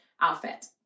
outfit